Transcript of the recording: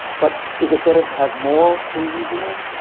but is it better to have more than usual?